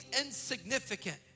insignificant